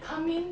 come in